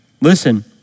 listen